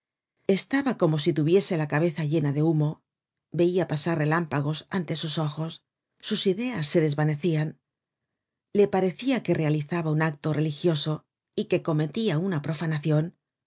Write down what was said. estaba como si tuviese la cabeza llena de humo veia pasar relámpagos ante sus ojos sus ideas se desvanecian le parecia que realizaba un acto religioso y que cometia una profanacion